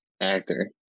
actor